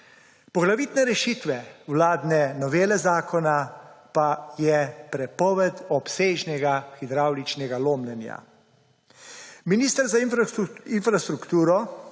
Poglavitne rešitve vladne novele zakona pa je prepoved obsežnega hidravličnega lomljenja. Minister za infrastrukturo